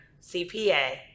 CPA